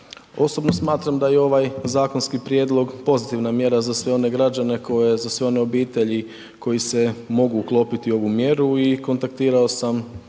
Osobno smatram da je i ovaj zakonski prijedlog pozitivna mjera za sve one građane koje, za sve one obitelji koji se mogu uklopiti u ovu mjeru i kontaktirao sam